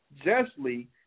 justly